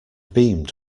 beamed